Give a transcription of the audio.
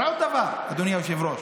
אבל עוד דבר, אדוני היושב-ראש.